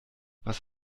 was